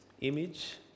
image